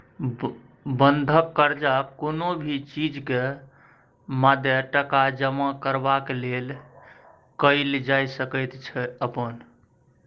बंधक कर्जा कुनु भी चीज के मादे टका जमा करबाक लेल कईल जाइ सकेए अपन